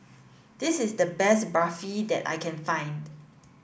this is the best Barfi that I can find